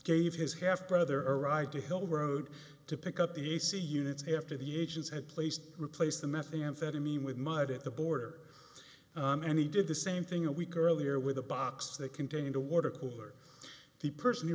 gave his half brother a ride to hill road to pick up the ac units after the agents had placed replace the methamphetamine with mud at the border and he did the same thing a week earlier with a box that contained a water cooler the person who